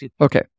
Okay